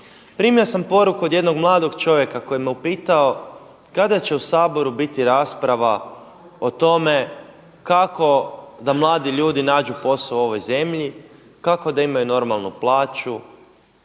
primio sam poruku od jednog mladog čovjeka koji me je upitao kada će u Saboru biti rasprava o tome kako da mladi ljudi nađu posao u ovoj zemlji, kako da imaju normalnu plaću